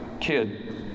kid